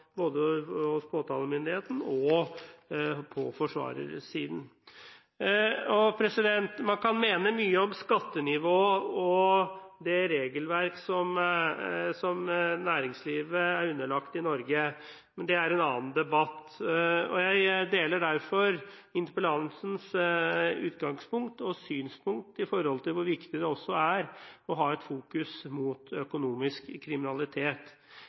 både hos påtalemyndigheten og på forsvarersiden. Man kan mene mye om skattenivået og det regelverk som næringslivet er underlagt i Norge, men det er en annen debatt. Jeg deler derfor interpellantens utgangspunkt om og synspunkt på hvor viktig det er å ha fokus på økonomisk kriminalitet.